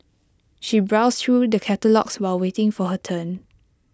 she browsed through the catalogues while waiting for her turn